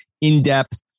in-depth